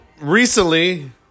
recently